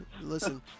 Listen